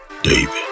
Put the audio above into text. David